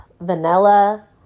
vanilla